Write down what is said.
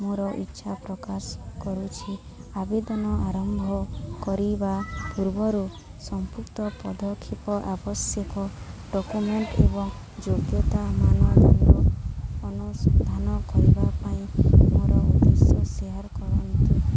ମୋର ଇଚ୍ଛା ପ୍ରକାଶ କରୁଛି ଆବେଦନ ଆରମ୍ଭ କରିବା ପୂର୍ବରୁ ସମ୍ପୃକ୍ତ ପଦକ୍ଷେପ ଆବଶ୍ୟକ ଡକ୍ୟୁମେଣ୍ଟ ଏବଂ ଯୋଗ୍ୟତା ଅନୁସନ୍ଧାନ କରିବା ପାଇଁ ମୋର ଉଦ୍ଦେଶ୍ୟ ସେୟାର କରନ୍ତୁ